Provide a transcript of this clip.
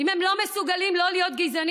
אם הם לא מסוגלים לא להיות גזעניים,